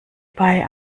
bei